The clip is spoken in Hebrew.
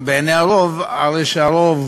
בעיני הרוב, הרי שהרוב